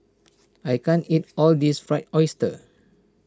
I can't eat all of this Fried Oyster